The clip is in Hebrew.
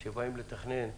כשבאים לתכנן,